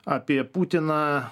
apie putiną